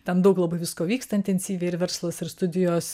ten daug labai visko vyksta intensyviai ir verslas ir studijos